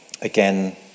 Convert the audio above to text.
Again